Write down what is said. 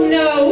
no